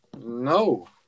No